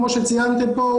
כמו שציינתם כאן,